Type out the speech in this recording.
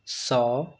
सौ